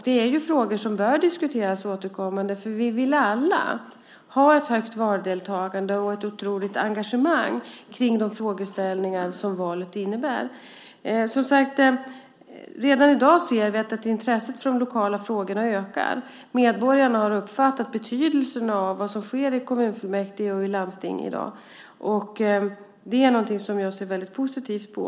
Det är frågor som bör diskuteras återkommande, för vi vill alla ha ett högt valdeltagande och ett otroligt engagemang kring den frågeställning som valet innebär. Redan i dag ser vi att intresset för de lokala frågorna ökar. Medborgarna har uppfattat betydelsen av vad som sker i kommunfullmäktige och i landsting i dag. Det är något som jag ser väldigt positivt på.